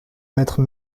mettre